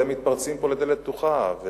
אתם מתפרצים לדלת פתוחה.